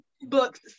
books